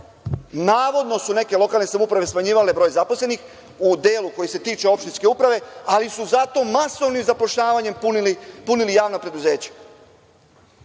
Navodno su neke lokalne samouprave smanjivale broj zaposlenih u delu koji se tiče opštinske uprave, ali su zato masovnim zapošljavanjem punili javna preduzeća.